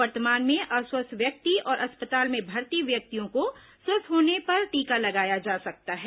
वर्तमान में अस्वस्थ व्यक्ति और अस्पताल में भर्ती व्यक्तियों को स्वस्थ होने पर टीका लगाया जा सकता है